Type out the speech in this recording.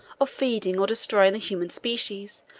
of feeding or destroying the human species,